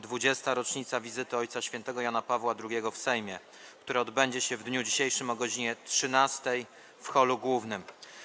20. rocznica wizyty Ojca Świętego Jana Pawła II w Sejmie”, które odbędzie się w dniu dzisiejszym o godz. 13 w holu głównym.